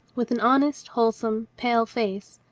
with an honest, wholesome, pale face,